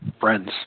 friends